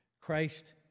Christ